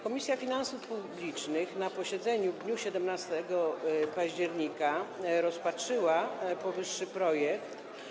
Komisja Finansów Publicznych na posiedzeniu w dniu 17 października rozpatrzyła powyższy projekt.